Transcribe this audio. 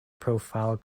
profile